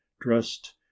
dressed